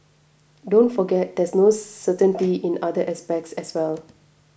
don't forget there's no certainty in other aspects as well